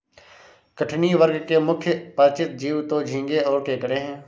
कठिनी वर्ग के मुख्य परिचित जीव तो झींगें और केकड़े हैं